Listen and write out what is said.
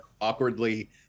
awkwardly